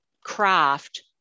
craft